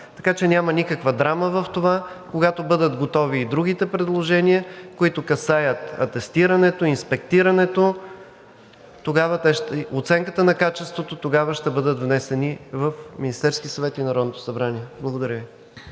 Така че няма никаква драма в това. Когато бъдат готови и другите предложения, които касаят атестирането, инспектирането, оценката на качеството, ще бъдат внесени в Министерския съвет и Народното събрание. Благодаря